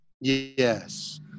Yes